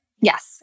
Yes